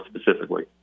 specifically